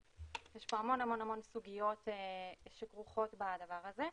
יש פה המון סוגיות שכרוכות בדבר הזה.